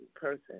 person